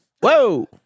Whoa